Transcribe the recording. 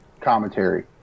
commentary